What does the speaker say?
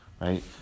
Right